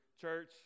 church